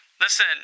Listen